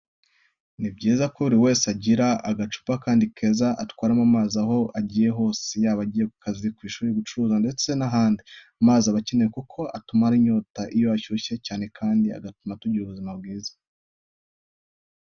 Ni byiza ko buri wese agira agacupa kandi keza atwaramo amazi aho agiye hose, yaba agiye ku kazi, ku ishuri, gucuruza ndetse n'ahandi. Amazi aba akenewe kuko atumara inyota iyo hashyushye cyane kandi agatuma tugira ubuzima bwiza.